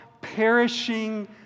perishing